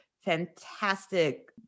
fantastic